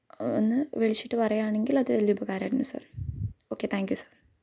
ഒന്ന് വിളിച്ചിട്ട് പറയുകയാണെങ്കിൽ അത് വലിയ ഉപകാരമായിരുന്നു സാര് ഓക്കെ താങ്ക്യൂ സര്